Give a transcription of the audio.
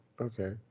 Okay